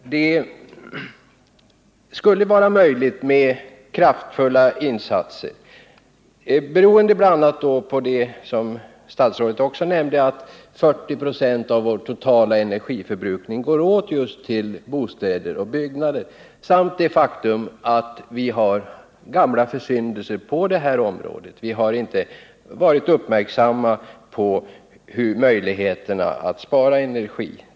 Kraftfulla insatser skulle vara möjliga att genomföra eftersom, vilket statsrådet också nämnde, 40 96 av vår totala energiförbrukning går åt just till uppvärmning av bostäder och byggnader. Vi har dessutom gamla försyndelser på detta område — vi har tidigare inte uppmärksammat möjligheterna att spara energi.